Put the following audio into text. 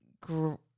grow